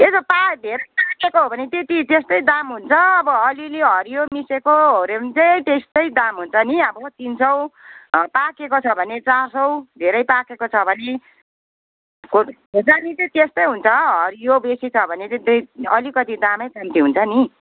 त्यो त पा धेर पाकेको हो भने त्यति त्यस्तै दाम हुन्छ अब अलिअलि हरियो मिसिएको हेऱ्यो भने चाहिँ त्यस्तै दाम हुन्छ नि अब तिन सौ पाकेको छ भने चार सौ धेरै पाकेको छ भने खोर्सानी चाहिँ त्यस्तै हुन्छ हरियो बेसी छ भने चाहिँ अलिकति दामै कम्ती हुन्छ नि